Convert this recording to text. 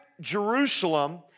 Jerusalem